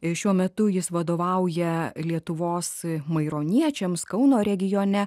i šiuo metu jis vadovauja lietuvos maironiečiams kauno regione